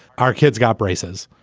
our kids got braces.